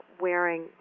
wearing